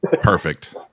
Perfect